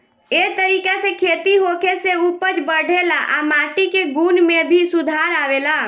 ए तरीका से खेती होखे से उपज बढ़ेला आ माटी के गुण में भी सुधार आवेला